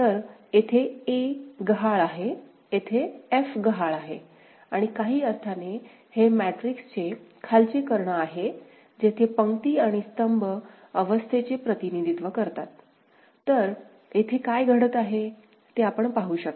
तर येथे a गहाळ आहे येथे f गहाळ आहे आणि काही अर्थाने हे मॅट्रिक्सचे खालचे कर्ण आहे जेथे पंक्ती आणि स्तंभ अवस्थेचे प्रतिनिधित्व करतात तर येथे काय घडत आहे ते आपण पाहू शकता